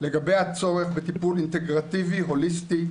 לגבי הצורך בטיפול אינטגרטיבי, הוליסטי,